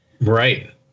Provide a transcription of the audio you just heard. Right